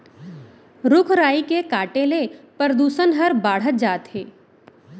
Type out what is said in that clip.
रूख राई के काटे ले परदूसन हर बाढ़त जात हे